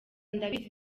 ndabizi